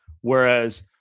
Whereas